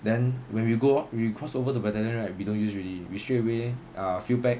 then when we go we crossed over the battalion right we don't use alreaedy we straight away ah field pack